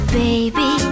baby